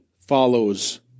Follows